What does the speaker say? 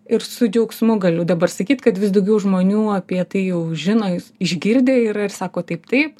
ir su džiaugsmu galiu dabar sakyt kad vis daugiau žmonių apie tai jau žino jis išgirdę yra ir sako taip taip